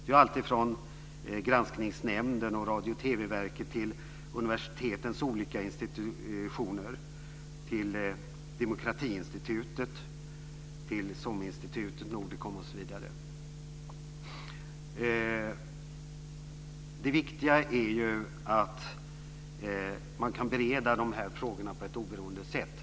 Det är allt från Granskningsnämnden och Radio TV Det viktiga är ju att man kan bereda de här frågorna på ett oberoende sätt.